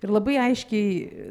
ir labai aiškiai